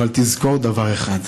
אבל תזכור דבר אחד: